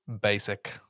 basic